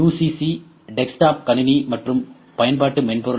C desktop கணினி மற்றும் பயன்பாட்டு மென்பொருள் ஆகும்